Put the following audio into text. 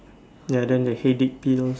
ya then the headache pills